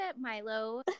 Milo